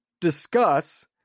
discuss